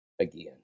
again